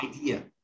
idea